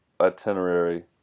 itinerary